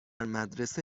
مدرسه